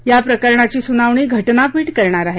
या प्रकरणाची सुनावणी घटनापीठ करणार आहे